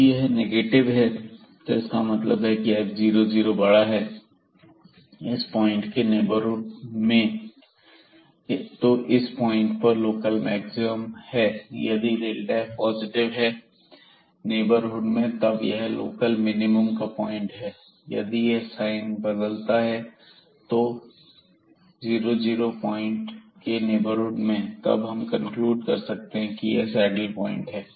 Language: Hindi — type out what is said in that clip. यदि यह नेगेटिव है इसका मतलब है की f00 बड़ा है इस पॉइंट के नेबरहुड में तो इस पॉइंट पर लोकल मैक्सिमम है यदि f पॉजिटिव है नेबरहुड में तब यह लोकल मिनिमम का पॉइंट है यदि यह साइन बदलता है 00 पॉइंट के नेबरहुड में तब हम कनक्लूड करेंगे कि यह सैडल पॉइंट है